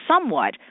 somewhat